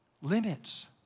limits